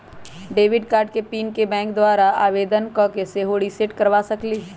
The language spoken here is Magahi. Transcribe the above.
डेबिट कार्ड के पिन के बैंक द्वारा आवेदन कऽ के सेहो रिसेट करबा सकइले